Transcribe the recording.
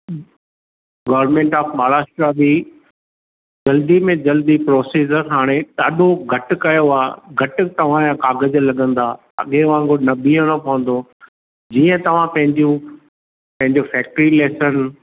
government of Maharashtra बि जल्दी में जल्दी प्रोसीजर हाणे ॾाढो घटि कयो आहे घटि तव्हां जा कागज़ लॻंदा अॻे वांगुर न बीहणो पवंदो जीअं तव्हां पंहिंजूं पंहिंजो फैक्ट्री लैटर